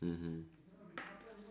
mmhmm